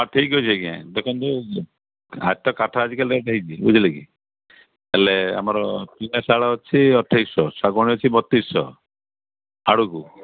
ହଁ ଠିକ୍ ଅଛି ଆଜ୍ଞା ଦେଖନ୍ତୁ ହାତ ତ କାଠ ଆଜିକାଲି ରେଟ୍ ହେଇଛି ବୁଝିଲେ କି ହେଲେ ଆମର ପିଆଶାଳ ଅଛି ଅଠେଇଶିଶହ ଶାଗୁଆନ ଅଛି ବତିଶିଶହ ଆଳୁକୁ